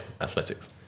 athletics